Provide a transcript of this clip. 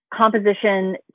composition